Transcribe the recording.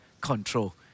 control